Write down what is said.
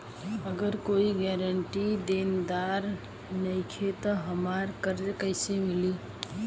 अगर कोई गारंटी देनदार नईखे त हमरा कर्जा कैसे मिली?